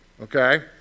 Okay